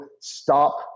stop